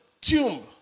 tomb